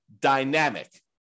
dynamic